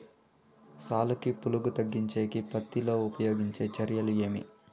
సాలుకి పులుగు తగ్గించేకి పత్తి లో ఉపయోగించే చర్యలు ఏమి?